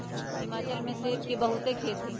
हिमाचल में सेब के बहुते खेत हई